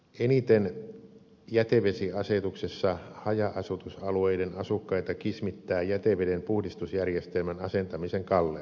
eniten jätevesiasetuksessa haja asutusalueiden asukkaita kismittää jäteveden puhdistusjärjestelmän asentamisen kalleus